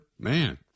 Man